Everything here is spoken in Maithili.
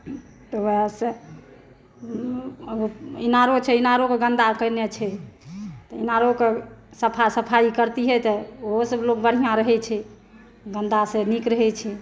आओर इनारो छै इनारोके गन्दा केने छै तऽ इनारोके सफा सफाइ करतियै तऽ ओहो सब लोग बढ़िऑं रहै छै गन्दा से नीक रहै छै